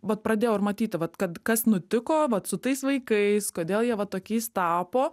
vat pradėjau ir matyti kad kas nutiko su tais vaikais kodėl jie va tokiais tapo